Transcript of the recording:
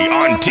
on